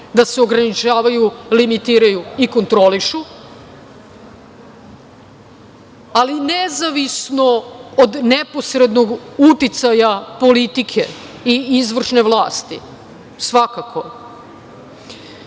da se ograničavaju, limitiraju i kontrolišu, ali nezavisno od neposrednog uticaja politike i izvršne vlasti, svakako,